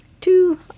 two